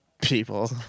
People